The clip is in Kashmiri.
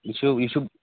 یہِ چھُ یہِ چھُ